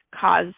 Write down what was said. cause